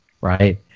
right